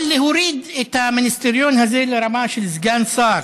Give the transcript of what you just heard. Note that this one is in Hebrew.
אבל להוריד את המיניסטריון הזה לרמה של סגן שר